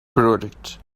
project